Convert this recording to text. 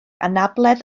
anabledd